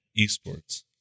Esports